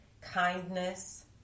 kindness